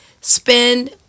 Spend